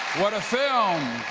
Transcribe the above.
what a film.